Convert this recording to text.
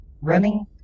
Running